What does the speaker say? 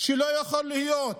שלא יכול להיות